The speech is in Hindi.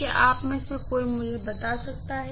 क्या आप में से कोई मुझे बता सकता है